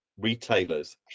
retailers